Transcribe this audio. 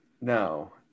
no